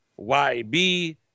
YB